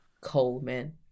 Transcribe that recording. Coleman